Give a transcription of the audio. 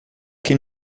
que